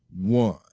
one